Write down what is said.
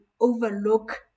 overlook